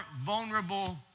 vulnerable